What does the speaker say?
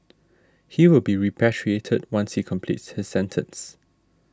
he will be repatriated once he completes his sentence